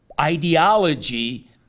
ideology